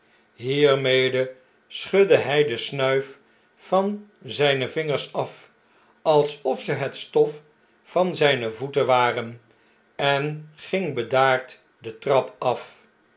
hiermede schudde hg de snuif vanzgnevingers af alsof ze het stof van zgne voeten ware en ging bedaard de trap af